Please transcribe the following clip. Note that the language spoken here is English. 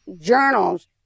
journals